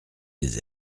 les